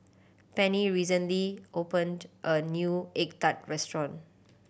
Penni recently opened a new egg tart restaurant